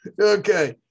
Okay